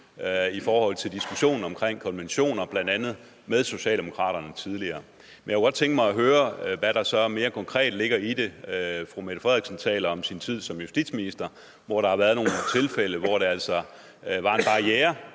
i forhold til diskussionen om konventioner med bl.a. Socialdemokratiet. Jeg kunne godt tænke mig at høre, hvad der så mere konkret ligger i det. Fru Mette Frederiksen taler om sin tid som justitsminister, hvor der har været nogle tilfælde, og hvor der altså var en barriere,